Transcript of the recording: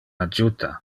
adjuta